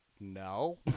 no